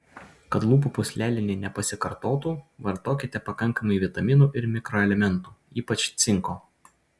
kad lūpų pūslelinė nepasikartotų vartokite pakankamai vitaminų ir mikroelementų ypač cinko